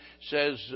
says